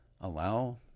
allow